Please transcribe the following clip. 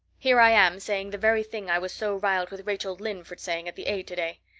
here i am saying the very thing i was so riled with rachel lynde for saying at the aid today.